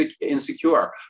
insecure